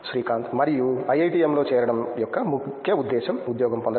శ్రీకాంత్ మరియు IITM లో చేరడం యొక్క ముఖ్య ఉద్దేశం ఉద్యోగం పొందడం